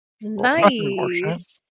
Nice